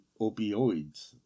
opioids